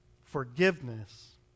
forgiveness